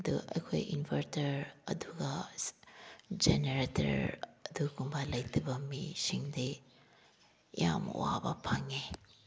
ꯑꯗꯨ ꯑꯩꯈꯣꯏ ꯏꯟꯕꯔꯇꯔ ꯑꯗꯨꯒ ꯖꯦꯅꯔꯦꯇꯔ ꯑꯗꯨꯒꯨꯝꯕ ꯂꯩꯇꯕ ꯃꯤꯁꯤꯡꯗꯤ ꯌꯥꯝ ꯑꯋꯥꯕ ꯐꯪꯉꯦ